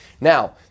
Now